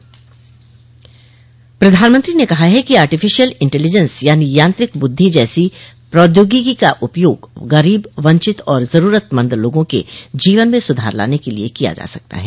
मन की बात प्रधानमंत्री ने कहा है कि आर्टीफीशियल इंटेलिजेंस यानी यांत्रिक बुद्धि जैसी प्रौद्योगिकी का उपयोग गरीब वंचित और जरूरतमंद लोगों के जीवन में सुधार लाने के लिए किया जा सकता है